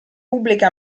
pubbliche